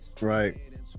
right